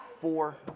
four